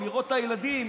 לראות את הילדים,